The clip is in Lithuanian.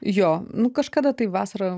jo nu kažkada tai vasarą